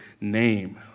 name